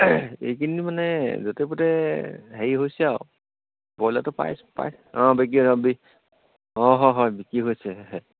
এইকেইদিন মানে য'তে ত'তে হেৰি হৈছে আৰু ব্ৰইলাৰটো পায় পায় অঁ বিক্ৰী অঁ অঁ হয় হয় বিক্ৰী হৈছে